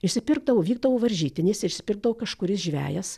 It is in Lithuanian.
išsipirkdavo vykdavo varžytinės išspirdavo kažkuris žvejas